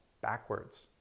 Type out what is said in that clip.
backwards